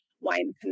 Wine